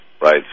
Right